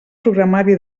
programari